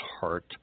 heart